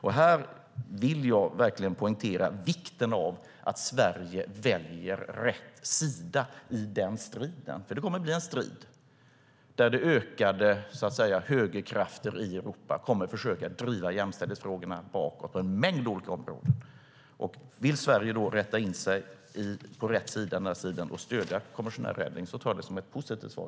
Jag vill verkligen poängtera vikten av att Sverige väljer rätt sida i den striden, för det kommer att bli en strid där ökande högerkrafter i Europa kommer att försöka driva jämställdhetsfrågorna bakåt på en mängd olika områden. Vill Sverige då rätta in sig på rätt sida i den här striden och stödja kommissionär Reding tar jag det som ett positivt svar.